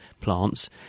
plants